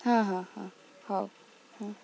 ହଁ ହଁ ହଁ ହଉ ହୁଁ